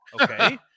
okay